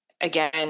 again